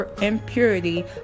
impurity